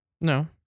No